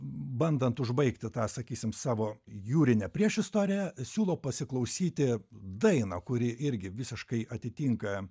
bandant užbaigti tą sakysim savo jūrinę priešistorę siūlau pasiklausyti dainą kuri irgi visiškai atitinka